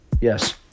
Yes